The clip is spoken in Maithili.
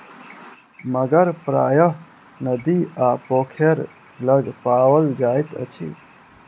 मगर प्रायः नदी आ पोखैर लग पाओल जाइत अछि